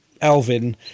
Alvin